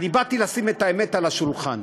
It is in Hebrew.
באתי לשים את האמת על השולחן.